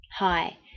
Hi